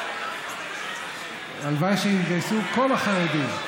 הלוואי שיתגייסו כל החרדים.